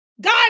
God